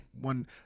one –